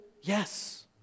Yes